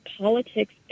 politics